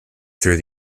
through